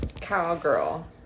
cowgirl